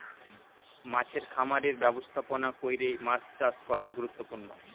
মাছের খামারের ব্যবস্থাপনা কইরে মাছ চাষ করা গুরুত্বপূর্ণ